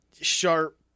sharp